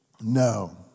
no